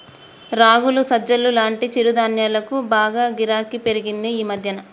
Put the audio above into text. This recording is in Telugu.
రాగులు, సజ్జలు లాంటి చిరుధాన్యాలకు బాగా గిరాకీ పెరిగింది ఈ మధ్యన